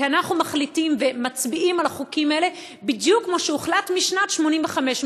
כי אנחנו מחליטים ומצביעים על החוקים האלה בדיוק כמו שהוחלט משנת 1985,